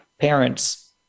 parents